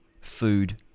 food